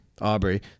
Aubrey